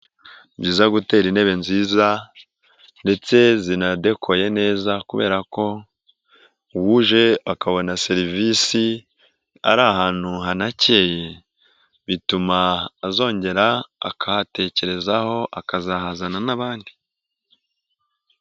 Byiza gutera intebe nziza ndetse zindekoye neza, kubera ko uwuje akabona serivisi ari ahantu hanake, bituma azongera akatekerezaho, akazahazana n'abandi.